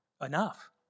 enough